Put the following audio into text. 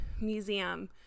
museum